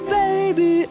baby